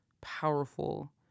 powerful